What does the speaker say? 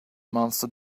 monster